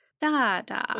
Dada